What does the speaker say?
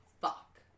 fuck